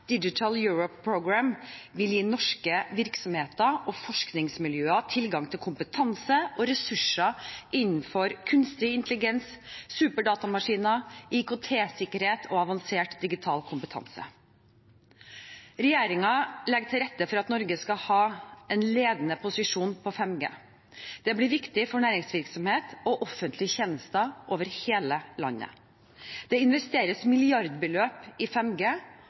Digital Europe Programme, vil gi norske virksomheter og forskningsmiljøer tilgang til kompetanse og ressurser innenfor kunstig intelligens, superdatamaskiner, IKT-sikkerhet og avansert digital kompetanse. Regjeringen legger til rette for at Norge skal ha en ledende posisjon på 5G. Det blir viktig for næringsvirksomhet og offentlige tjenester over hele landet. Det investeres milliardbeløp i